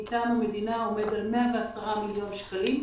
על ידי המדינה עומד על 110 מיליון שקלים.